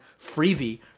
freebie